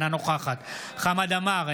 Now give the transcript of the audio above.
אינה נוכחת חמד עמאר,